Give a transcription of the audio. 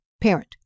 parent